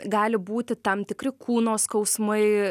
gali būti tam tikri kūno skausmai